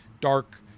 dark